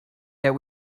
that